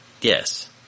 yes